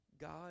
God